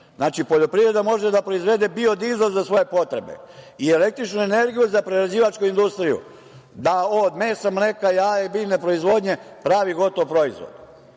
Znači, poljoprivreda može da proizvede biodizel za svoje potrebe i električnu energiju za prerađivačku industriju, da od mesa, mleka, jaja i biljne proizvodnje pravi gotov proizvod. Mi